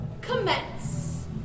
commence